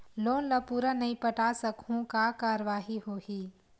Loan ला पूरा नई पटा सकहुं का कारवाही होही?